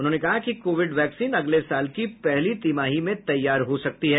उन्होंने कहा कि कोविड वैक्सीन अगले साल की पहली तिमाही में तैयार हो सकती है